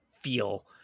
feel